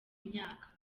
myaka